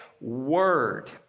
word